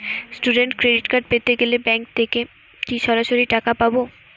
Student credit card পেতে গেলে bank থেকে কি সরাসরি টাকা পাবো?